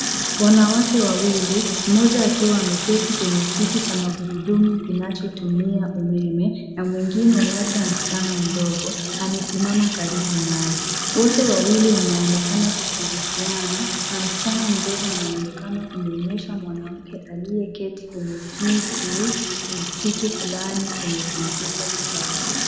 Wanawake wawili mmoja akiwa ameketi kwenye kiti cha magurudumu kinachotumia umeme na mwingine labda msichana mdogo amesimama karibu naye . Wote wawili wanaonekana kushirikiana na msichana mdogo anaoonekana akimwonyesha mwanamke aliye keti kwenye kiti kitu fulani kwenye kompyuta kibao.